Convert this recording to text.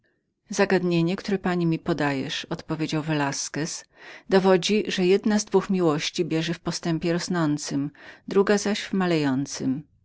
zagadnienie które pani mi podajesz odpowiedział velasquez dowodzi że jedna z dwóch miłości bieży w postępie powiększającym druga zaś